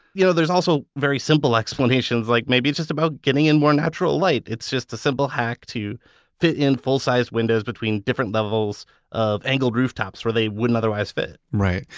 you know there's also very simple explanations like maybe it's just about getting in more natural light. it's just a simple hack to fit in full-sized windows between different levels of angled rooftops where they wouldn't otherwise fit right.